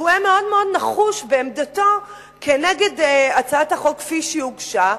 והוא היה מאוד נחוש בעמדתו נגד הצעת החוק כפי שהוגשה.